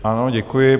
Ano, děkuji.